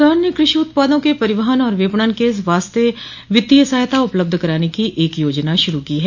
सरकार न कृषि उत्पादों के परिवहन और विपणन के वास्ते वित्तीय सहायता उपलब्ध कराने की एक योजना शुरू की है